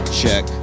check